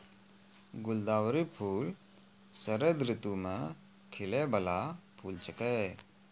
गुलदावरी फूल शरद ऋतु मे खिलै बाला फूल छै